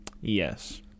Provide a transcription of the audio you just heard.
yes